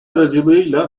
aracılığıyla